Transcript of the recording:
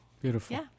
Beautiful